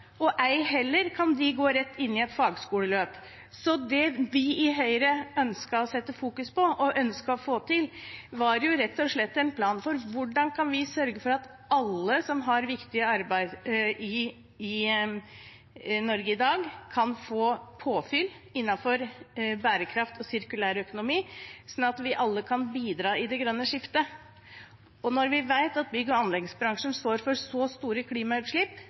og de kan ei heller gå rett inn i et fagskoleløp. Så det vi i Høyre ønsket å sette fokus på og ønsket å få til, var rett og slett en plan for hvordan vi kan sørge for at alle som har viktig arbeid i Norge i dag, kan få påfyll innenfor bærekraft og sirkulærøkonomi, sånn at vi alle kan bidra i det grønne skiftet. Og når vi vet at bygg- og anleggsbransjen står for så store klimautslipp,